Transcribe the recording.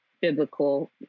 biblical